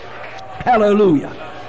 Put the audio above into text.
Hallelujah